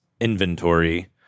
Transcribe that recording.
inventory